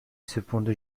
cependant